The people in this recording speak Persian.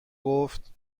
گفت